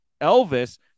Elvis